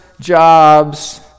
jobs